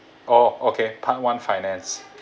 oh okay part one finance